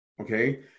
Okay